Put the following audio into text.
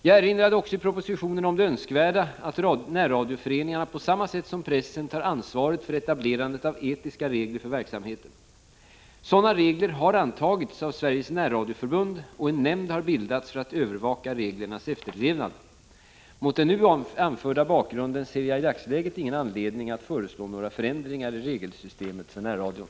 Jag erinrade också i propositionen om det önskvärda i att närradioföreningarna på samma sätt som pressen tar ansvaret för etablerandet av etiska regler för verksamheten. Sådana regler har antagits av Sveriges närradioförbund, och en nämnd har bildats för att övervaka reglernas efterlevnad. Mot den nu anförda bakgrunden ser jag i dagsläget ingen anledning att föreslå några förändringar i regelsystemet för närradion.